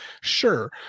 Sure